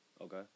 Okay